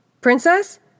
Princess